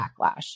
backlash